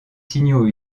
signaux